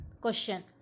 Question